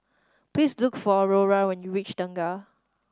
please look for Aurora when you reach Tengah